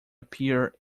appear